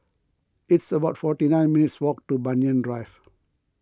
it's about forty nine minutes' walk to Banyan Drive